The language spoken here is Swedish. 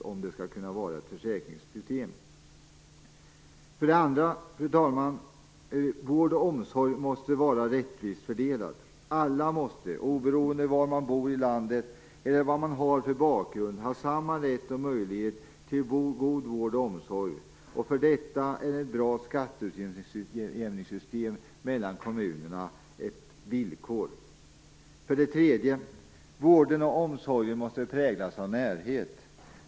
För det andra, fru talman: Vården och omsorgen måste vara rättvist fördelad. Alla måste, oberoende av var man bor i landet eller av vad man har för bakgrund, ha samma rätt och möjlighet till god vård och omsorg. För detta är ett bra skatteutjämningssystem mellan kommunerna ett villkor. För det tredje: Vården och omsorgen måste präglas av närhet.